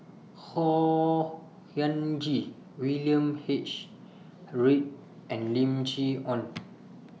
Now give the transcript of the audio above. Khor Ean Ghee William H Read and Lim Chee Onn